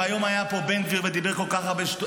והיום היה פה בן גביר ודיבר כל כך הרבה שטויות,